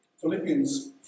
Philippians